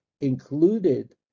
included